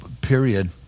period